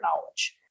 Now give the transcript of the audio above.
knowledge